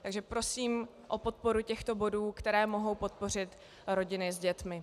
Takže prosím o podporu těchto bodů, které mohou podpořit rodiny s dětmi.